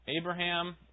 Abraham